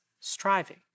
striving